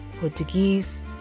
Portuguese